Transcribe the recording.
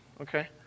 okay